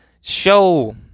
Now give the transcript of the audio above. show